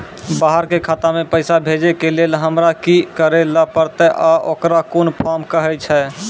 बाहर के खाता मे पैसा भेजै के लेल हमरा की करै ला परतै आ ओकरा कुन फॉर्म कहैय छै?